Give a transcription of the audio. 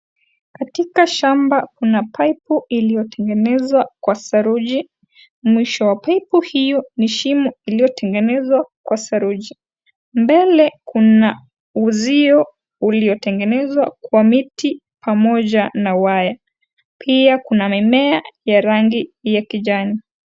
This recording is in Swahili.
Katika shamba kuna paipu iliyotengenezwa kwa saruji. Mwisho wa paipu hio ni shimo iliyotengenezwa kwa saruji. Mbele kuna uzio uliotengenezwa kwa miti pamoja na waya. Pia kuna mimea ya rangi ya kijani.